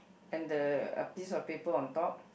and the piece of paper on top